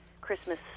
Christmas